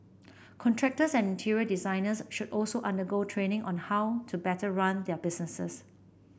contractors and interior designers should also undergo training on how to better run their businesses